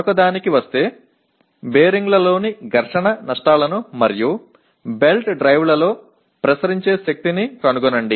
மற்றொன்றுக்கு வருவோம் தாங்கு உருளைகள் மற்றும் பெல்ட் டிரைவ்களில் கடத்தப்படும் உராய்வு இழப்புகளை தீர்மானிக்கவும்